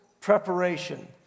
preparation